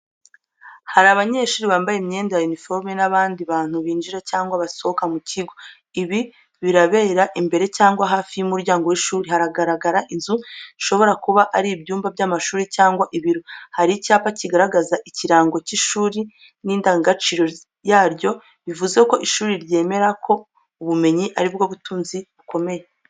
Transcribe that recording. Hari abanyeshuri bambaye imyenda ya uniforme n’abandi bantu binjira cyangwa basohoka mu kigo. Ibi birabera imbere cyangwa hafi y’umuryango w’ishuri, hagaragara inzu zishobora kuba ari ibyumba by’amashuri cyangwa ibiro. Hari icyapa kigaragaza ikirango cy’ishuri n’indangagaciro yaryo bivuze ko ishuri ryemera ko ubumenyi ari bwo butunzi bukomeye.